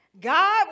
God